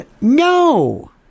No